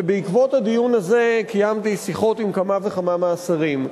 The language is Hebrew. ובעקבות הדיון הזה קיימתי שיחות עם כמה וכמה מהשרים,